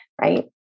right